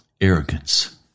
Arrogance